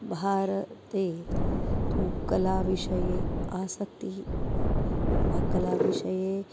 भारते तु कलाविषये आसक्तिः वा कलाविषये